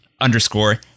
underscore